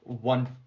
one